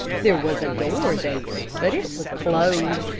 there was a door there, but it was closed,